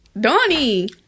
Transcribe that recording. Donnie